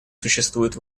существует